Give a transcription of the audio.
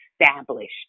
established